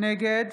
נגד